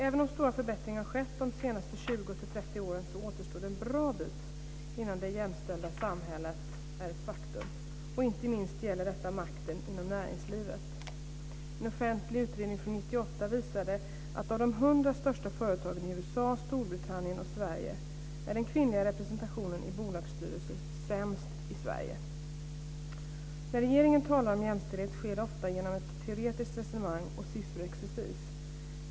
Även om stora förbättringar har skett de senaste 20-30 åren så återstår en bra bit innan det jämställda samhället är ett faktum. Inte minst gäller detta makten inom näringslivet. En offentlig utredning från 1998 visar att i de hundra största företagen i USA, Storbritannien och Sverige är den kvinnliga representationen i bolagsstyrelser sämst i Sverige. När regeringen talar om jämställdhet sker det ofta genom ett teoretiskt resonemang och sifferexercis.